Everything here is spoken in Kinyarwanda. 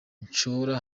bashora